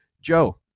Joe